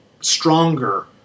stronger